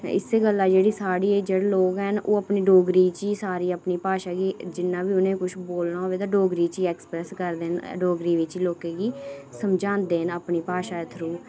इस्सै गल्ला जेह्ड़ी साढ़ी जेह्ड़े लोग हैन ओह् अपनी डोगरी गी सारी अपनी भाशा गी जिन्ना बी उनें किश बोलना होऐ ते डोगरी च गै ऐक्सप्रैस करदे न डोगरी च लोकें ई समझांदे न अपनी भाशा थ्रू